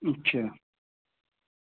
اچھا